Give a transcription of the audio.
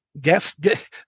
Guess